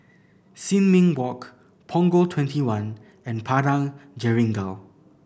Sin Ming Walk Punggol Twenty one and Padang Jeringau